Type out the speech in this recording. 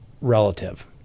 relative